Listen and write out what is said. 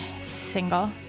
single